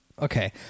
Okay